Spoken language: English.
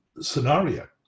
scenario